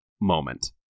moment